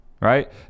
right